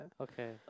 Okay